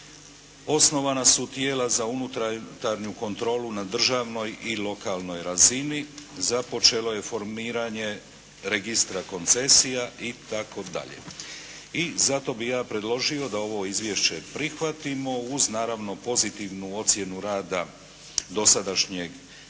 osnovana su tijela za unutarnju kontrolu na državnoj i lokalnoj razini, započelo je formiranje registra koncesija itd. I zato bih ja predložio da ovo izvješće prihvatimo uz naravno pozitivnu ocjenu rada dosadašnjeg vijeća,